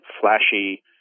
flashy